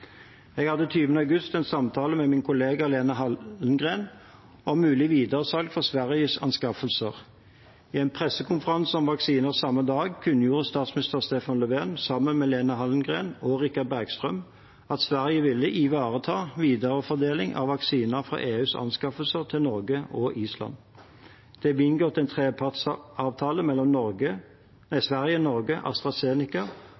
Jeg hadde 20. august en samtale med min kollega Lena Hallengren om mulig videresalg fra Sveriges anskaffelser. I en pressekonferanse om vaksiner samme dag kunngjorde statsminister Stefan Löfven, sammen med Lena Hallengren og Richard Bergström, at Sverige ville ivareta viderefordeling av vaksiner fra EUs anskaffelser til Norge og Island. Det ble inngått en trepartsavtale mellom Sverige, Norge